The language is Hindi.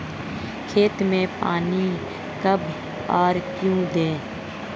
खेत में पानी कब और क्यों दें?